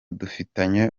dufitanye